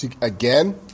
again